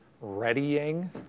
readying